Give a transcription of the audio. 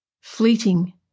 fleeting